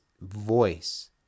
voice